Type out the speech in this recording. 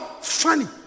Funny